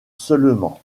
seulement